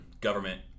government